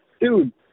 Dude